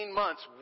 months